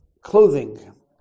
clothing